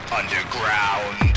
underground